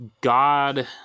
God